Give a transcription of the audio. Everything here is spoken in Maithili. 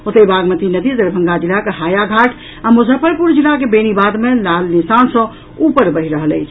ओतहि बागमती नदी दरभंगा जिलाक हायाघाट आ मुजफ्फरपुर जिला बेनीबाद मे लाल निशान सँ ऊपर बहि रहल अछि